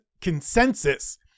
consensus